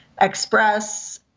Express